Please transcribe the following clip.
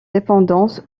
dépendance